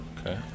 Okay